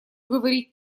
говорить